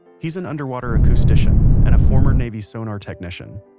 he's an underwater acoustician, and a former navy sonar technician.